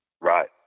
Right